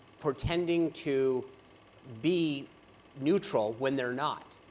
pretending to be neutral, when they're not.